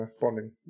bonding